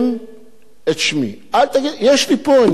יש לי פה, הם נמצאים בידי, המסמכים האלה.